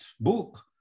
book